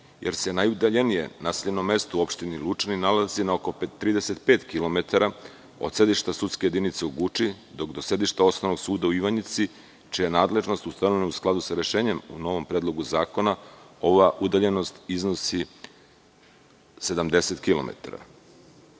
jer se najudaljenije naseljeno mesto u opštini Lučani nalazi na oko 35 kilometara od sedišta sudske jedinice u Guči, dok do sedišta Osnovnog suda u Ivanjici, čija je nadležnost ustanovljena u skladu sa rešenjem u novom Predlogu zakona, ova udaljenost iznosi 70